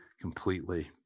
completely